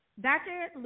Dr